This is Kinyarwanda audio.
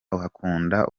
akunda